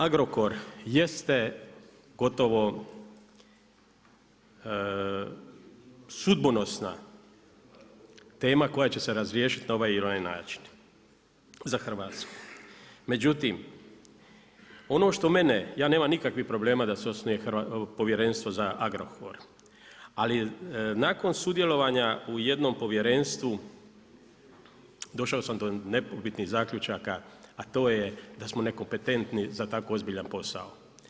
Agrokor jeste gotovo sudbonosna tema koja će se razriješiti na ovaj ili onaj način za Hrvatsku, međutim ono što mene, ja nemam nikakvih problema da se osnuje povjerenstvo za Agrokor, ali nakon sudjelovanja u jednom povjerenstvu došao sam do nepobitnih zaključaka, a to je da smo nekompetentni za tako ozbiljan posao.